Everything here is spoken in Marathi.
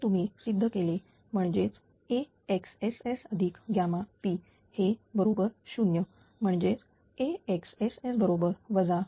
हे तुम्ही सिद्ध केले म्हणजेच AXSS୮p हे बरोबर 0 म्हणजेच AXSS बरोबर ୮p